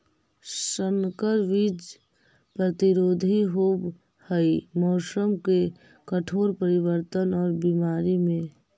संकर बीज प्रतिरोधी होव हई मौसम के कठोर परिवर्तन और बीमारी में